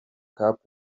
cup